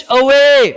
away